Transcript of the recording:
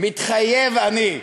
מתחייב אני.